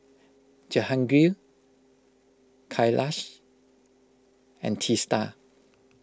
Jehangirr Kailash and Teesta